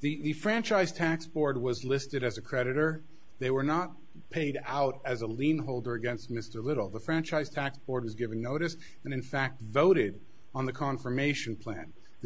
the franchise tax board was listed as a creditor they were not paid out as a lien holder against mr little the franchise tax board has given notice and in fact voted on the confirmation plan the